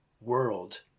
world